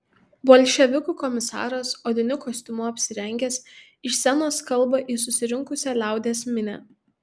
bolševikų komisaras odiniu kostiumu apsirengęs iš scenos kalba į susirinkusią liaudies minią